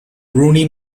rooney